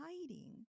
hiding